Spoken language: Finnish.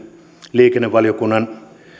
liikennevaliokunnan nykyinen